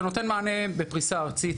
שנותן מענה בפריסה ארצית.